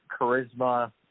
charisma